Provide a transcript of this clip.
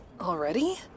Already